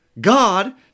God